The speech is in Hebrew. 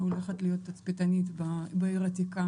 היא הולכת להיות תצפיתנית בעיר העתיקה